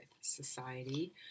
society